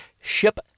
Ship